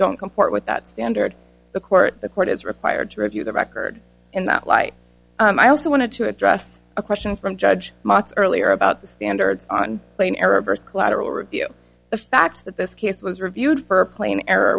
don't comport with that standard the court the court is required to review the record in that light and i also want to address a question from judge earlier about the standards on plane error verse collateral review the fact that this case was reviewed for plane erro